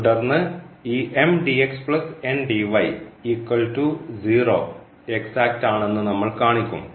തുടർന്ന് ഈ എക്സാക്റ്റ് ആണെന്ന് നമ്മൾ കാണിക്കും